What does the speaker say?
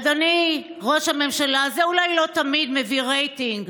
אדוני ראש הממשלה, זה אולי לא תמיד מביא רייטינג,